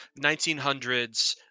1900s